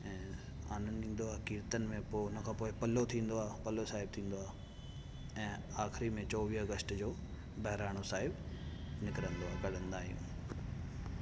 ऐं आनंदु ईंदो आहे कीर्तन में पोइ खां पोइ पल्लव थींदो आहे पल्लव साहिब थींदो आहे ऐं आख़िरी में चोवीह अगस्ट जो बहिराणो साहिब निकिरंदो आहे कढंदा आहियूं